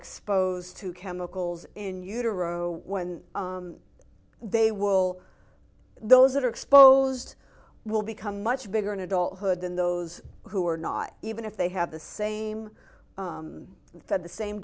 exposed to chemical in utero when they will those that are exposed will become much bigger in adulthood than those who are not even if they have the same thought the same